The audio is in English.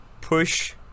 push